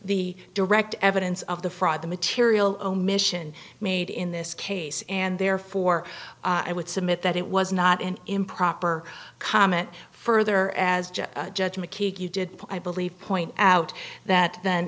the direct evidence of the fraud the material omission made in this case and therefore i would submit that it was not an improper comment further as judge mckeague you did i believe point out that then